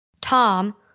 Tom